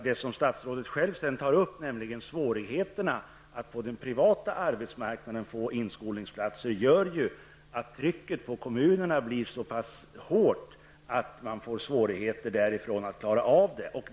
Det som statsrådet själv tar upp, nämligen svårigheterna att på den privata arbetsmarknaden få inskolningsplatser, gör att trycket på kommunerna blir så pass hårt att de får svårigheter att klara av detta.